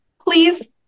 Please